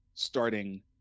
starting